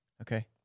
Okay